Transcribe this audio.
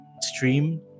Stream